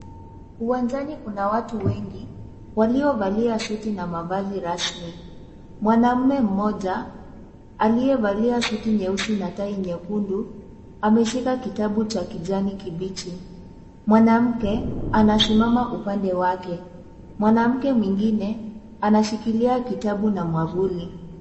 Uwanjani kuna watu wengi waliovalia suti na mavazi rasmi. Mwanaume mmoja aliyevalia suti nyeusi na tai nyekundu ameshika kitabu cha kijani kibichi. Mwanamke anasimama upande wake. Mwanamke mwingine anashikilia kitabu na mwavuli.